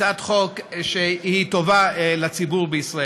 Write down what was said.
הצעת חוק שהיא טובה לציבור בישראל.